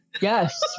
Yes